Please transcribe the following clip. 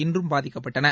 இன்றும் பாதிக்கப்பட்டன